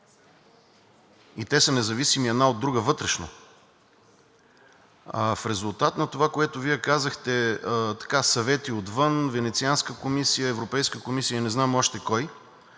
и те са независими една от друга вътрешно. В резултат на това, което Вие казахте – съвети отвън, Венецианска комисия, Европейска комисия и не знам още кой,